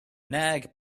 nag